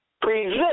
present